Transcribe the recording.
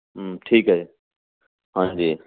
ਹਮ ਠੀਕ ਹੈ ਹਾਂਜੀ